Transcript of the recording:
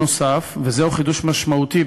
נוסף על כך,